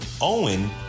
Owen